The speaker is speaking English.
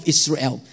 Israel